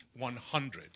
100